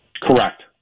Correct